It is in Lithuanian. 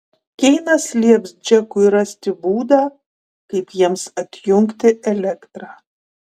keinas lieps džekui rasti būdą kaip jiems atjungti elektrą